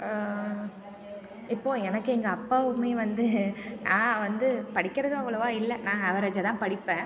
இப்போது எனக்கு எங்கள் அப்பாவுமே வந்து நான் வந்து படிக்கிறது அவ்வளோவா இல்லை நான் ஆவரேஜ்ஜாக தான் படிப்பேன்